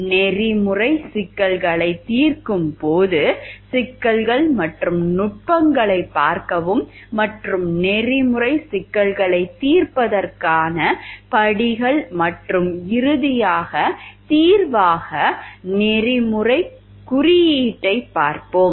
நெறிமுறை சிக்கல்களைத் தீர்க்கும் போது சிக்கல்கள் மற்றும் நுட்பங்களைப் பார்க்கவும் மற்றும் நெறிமுறை சிக்கல்களைத் தீர்ப்பதற்கான படிகள் மற்றும் இறுதியாக தீர்வாக நெறிமுறைக் குறியீட்டைப் பார்ப்போம்